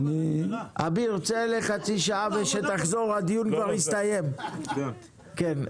אביר, צא לחצי שעה וכשתחזור הדיון כבר יסתיים, כן.